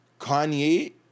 Kanye